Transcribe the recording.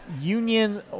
union